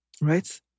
Right